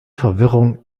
verwirrung